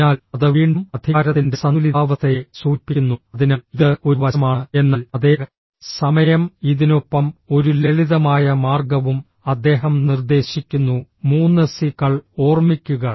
അതിനാൽ അത് വീണ്ടും അധികാരത്തിന്റെ സന്തുലിതാവസ്ഥയെ സൂചിപ്പിക്കുന്നു അതിനാൽ ഇത് ഒരു വശമാണ് എന്നാൽ അതേ സമയം ഇതിനൊപ്പം ഒരു ലളിതമായ മാർഗവും അദ്ദേഹം നിർദ്ദേശിക്കുന്നു മൂന്ന് സി കൾ ഓർമ്മിക്കുക